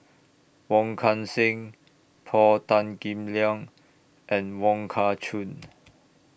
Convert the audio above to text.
Wong Kan Seng Paul Tan Kim Liang and Wong Kah Chun